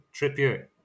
Trippier